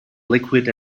liquid